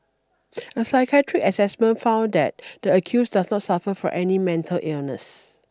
a psychiatric assessment found that the accused does not suffer from any mental illness